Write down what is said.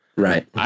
Right